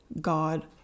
God